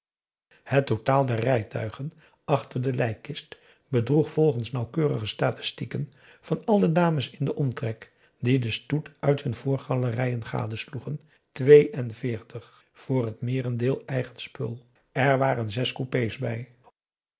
het totaal der rijtuigen achter de lijkkist bedroeg volgens nauwkeurige statistieken van al de dames in den omtrek die den stoet uit hun voorgalerijen gadesloegen twee en veertig voor het meerendeel eigen spul er waren zes coupé's bij